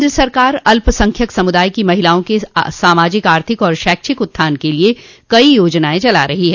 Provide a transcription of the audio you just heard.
केन्द्र सरकार अल्पसंख्यक समुदायों की महिलाओं के सामाजिक आर्थिक और शैक्षिक उत्थान के लिए कई योजनायें चला रही है